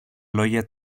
λόγια